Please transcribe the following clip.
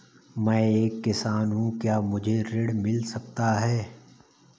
मैं एक किसान हूँ क्या मुझे ऋण मिल सकता है?